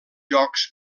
jocs